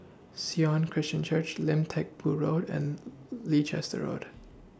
Sion Christian Church Lim Teck Boo Road and Leicester Road